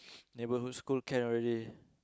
neighbourhood school can already